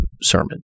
sermon